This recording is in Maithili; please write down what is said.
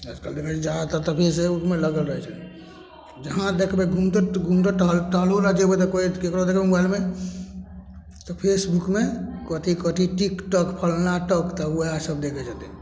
आजकल देखै छी जहाँ तक तभी से रूपमे लगल रहै छथिन जहाँ देखबै घुमते घुमते टहल टहलोलए जेबै तऽ कोइ ककरो देखबै मोबाइलमे तऽ फेसबुकमे कथी कथी टिकटॉक फल्लाँ टॉक तऽ वएहसब देखै छथिन